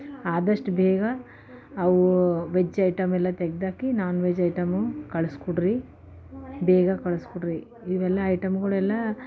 ಆದಷ್ಟು ಬೇಗ ಅವು ವೆಜ್ ಐಟಮೆಲ್ಲ ತೆಗ್ದಾಕಿ ನಾನ್ ವೆಜ್ ಐಟಮು ಕಳ್ಸ್ಕೊಡ್ರಿ ಬೇಗ ಕಳ್ಸ್ಕೊಡ್ರಿ ಇವೆಲ್ಲ ಐಟಮ್ಗಳೆಲ್ಲ